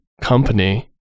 company